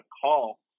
call